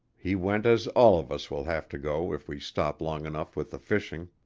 he went as all of us will have to go if we stop long enough with the fishing.